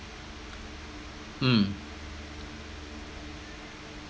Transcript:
mm